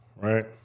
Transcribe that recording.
right